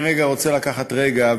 אני רוצה לקחת רגע,